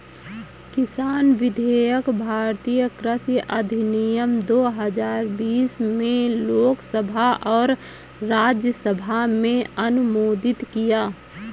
किसान विधेयक भारतीय कृषि अधिनियम दो हजार बीस में लोकसभा और राज्यसभा में अनुमोदित किया